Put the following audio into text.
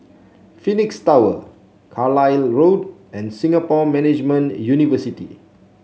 Phoenix Tower Carlisle Road and Singapore Management University